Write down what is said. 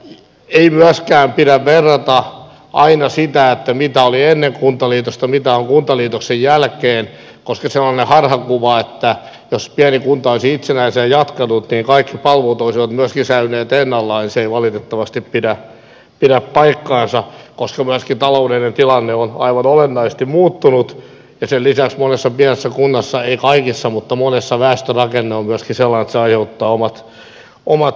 ei myöskään pidä verrata aina sitä mitä oli ennen kuntaliitosta mitä on kuntaliitoksen jälkeen koska sellainen harhakuva että jos pieni kunta olisi itsenäisenä jatkanut niin kaikki palvelut olisivat myöskin säilyneet ennallaan ei valitettavasti pidä paikkaansa koska myöskin taloudellinen tilanne on aivan olennaisesti muuttunut ja sen lisäksi monessa pienessä kunnassa ei kaikissa mutta monessa väestörakenne on myöskin sellainen että se aiheuttaa omat haasteensa